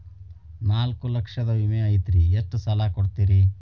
ನಾಲ್ಕು ಲಕ್ಷದ ವಿಮೆ ಐತ್ರಿ ಎಷ್ಟ ಸಾಲ ಕೊಡ್ತೇರಿ?